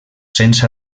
cents